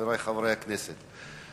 חברי חברי הכנסת,